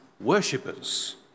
worshippers